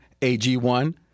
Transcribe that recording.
AG1